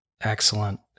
Excellent